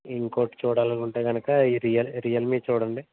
ఇంకోటి చూడాలనుకుంటే గనుక ఈ రియ రియల్మీ చూడండి